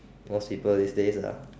most simple these days ah